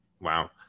wow